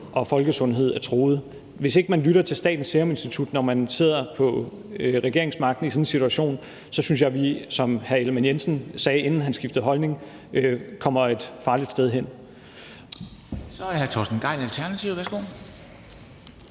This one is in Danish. og folkesundhed er truet. Hvis ikke man lytter til Statens Serum Institut, når man sidder på regeringsmagten, i sådan en situation, så synes jeg, som hr. Jakob Ellemann-Jensen sagde, inden han skiftede holdning, at man kommer et farligt sted hen.